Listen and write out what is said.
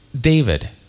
David